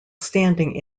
standing